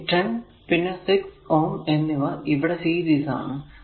ഇനി 10 പിന്നെ 6Ω എന്നിവ ഇവിടെ സീരീസ് ആണ്